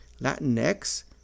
Latinx